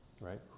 Right